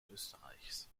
österreichs